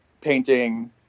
painting